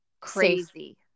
crazy